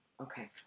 Okay